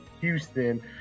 Houston